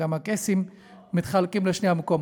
גם הקייסים מתחלקים לשני המקומות.